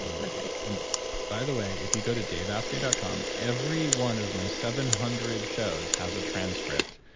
and perfect and by the way, if you go to daveasprey dot com, every one of my seven hundred shows has a transcript,